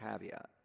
caveat